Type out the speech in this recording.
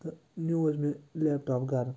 تہٕ نیوٗ حظ مےٚ لیپٹاپ گَرٕ